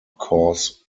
cause